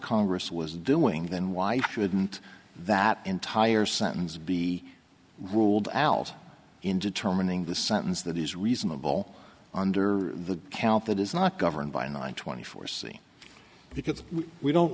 congress was doing then why shouldn't that entire sentence be ruled out in determining the sentence that is reasonable under the count that is not governed by nine twenty four c because we don't